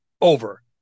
over